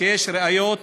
שיש ראיות